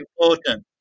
important